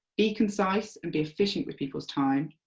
be concise and be efficient with people's time.